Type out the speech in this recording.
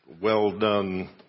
well-done